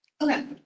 Okay